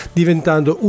diventando